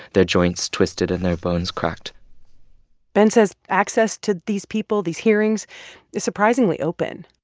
their joints twisted and their bones cracked ben says access to these people these hearings is surprisingly open.